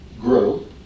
grow